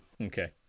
Okay